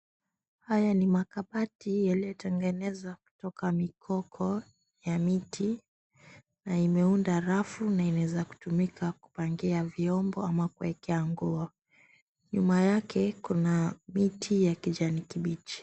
Haya ni makabati yaliyotengenezwa kwa mikoko ya miti na imeunda rafu na inaweza kutumika kupangia vyombo ama kuwekea nguo, nyuma yake kuna miti ya kijani kibichi.